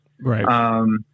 Right